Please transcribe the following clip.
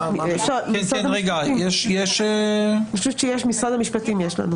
אני חושבת שיש, ממשרד המשפטים יש לנו.